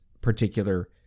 particular